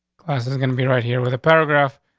this is gonna be right here with a paragraph,